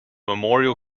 memorial